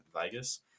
Vegas